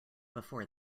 before